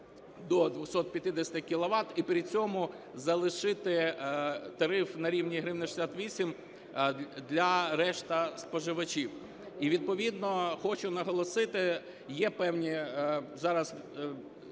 до 250 кіловат, і при цьому залишити тариф на рівні 1 гривня 68 для решти споживачів. І відповідно хочу наголосити, є певні зараз